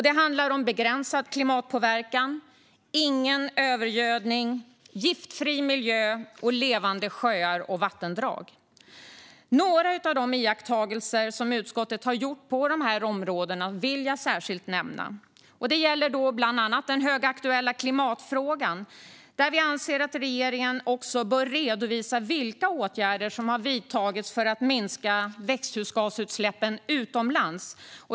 Det handlar om Begränsad klimatpåverkan, Ingen övergödning, Giftfri miljö och Levande sjöar och vattendrag. Några av de iakttagelser som utskottet har gjort för dessa områden vill jag särskilt nämna. Det gäller bland annat den högaktuella klimatfrågan, där vi anser att regeringen också bör redovisa vilka åtgärder som har vidtagits för att minska växthusgasutsläppen utomlands.